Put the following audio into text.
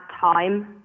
time